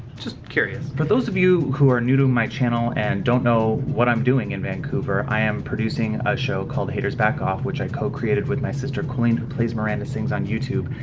just curious. for those of you who are new to my channel and don't know what i'm doing in vancouver, i am producing a show called haters back off. which i co-created with my sister, colleen who plays miranda sings on youtube.